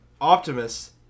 Optimus